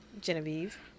Genevieve